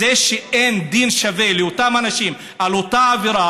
זה שאין דין שווה לאותם אנשים על אותה עבירה,